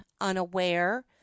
unaware